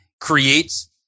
creates